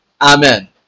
Amen